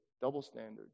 double-standards